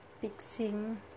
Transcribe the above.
fixing